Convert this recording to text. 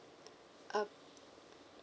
um